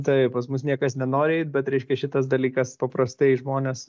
taip pas mus niekas nenori eit bet reiškia šitas dalykas paprastai žmones